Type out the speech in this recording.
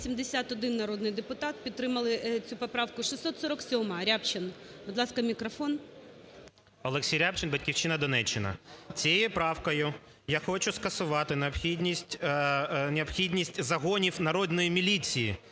ОлексійРябчин, "Батьківщина", Донеччина. Цією правкою я хочу скасувати необхідність загонів народної міліції,